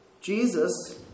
Jesus